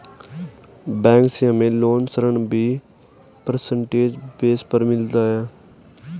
bank से हमे loan ऋण भी परसेंटेज बेस पर मिलता है